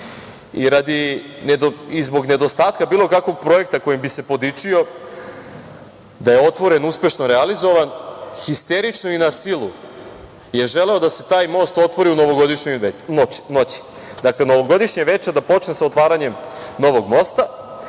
i zbog nedostatka bilo kakvog projekta kojim bi se podičio, da je otvoren, uspešno realizovan, histerično i na silu je želeo da se taj most otvori u novogodišnjoj noći, dakle, novogodišnje veče da počne sa otvaranjem novog mosta.